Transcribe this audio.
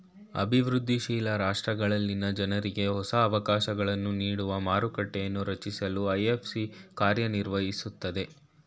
ಅಭಿವೃದ್ಧಿ ಶೀಲ ರಾಷ್ಟ್ರಗಳಲ್ಲಿನ ಜನ್ರುಗೆ ಹೊಸ ಅವಕಾಶಗಳನ್ನು ನೀಡುವ ಮಾರುಕಟ್ಟೆಯನ್ನೂ ರಚಿಸಲು ಐ.ಎಫ್.ಸಿ ಕಾರ್ಯನಿರ್ವಹಿಸುತ್ತೆ